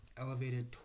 elevated